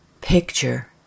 Picture